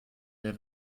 der